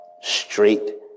Straight